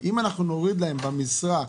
האם העליתם את הנושא הזה לגבי המקצועות השוחקים?